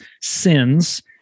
sins